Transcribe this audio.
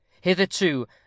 Hitherto